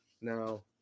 now